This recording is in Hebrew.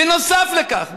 בנוסף לכך,